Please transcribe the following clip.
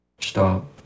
Stop